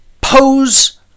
pose